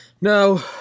No